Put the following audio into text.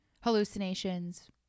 Hallucinations